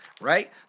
Right